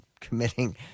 committing